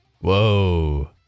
Whoa